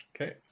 Okay